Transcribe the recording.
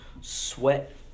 sweat